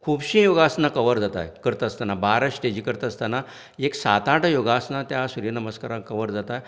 खुबशीं योगासनां कवर जातात करता आसतना बारा स्टेजी करता आसतना एक सात आठ योगासनां त्या सुर्य नमस्कारांत कवर जातात